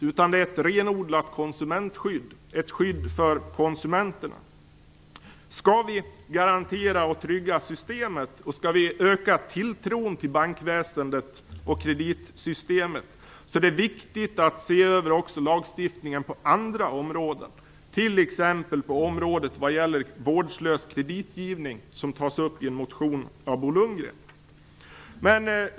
Det är ett renodlat skydd för konsumenterna. Skall vi garantera och trygga systemet och skall vi öka tilltron till bankväsendet och kreditsystemet är det viktigt att också se över lagstiftningen på andra områden, t.ex. vad gäller vårdslös kreditgivning, som tas upp i en motion av Bo Lundgren.